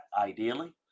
ideally